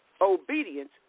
Obedience